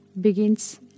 begins